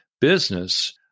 business